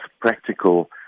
practical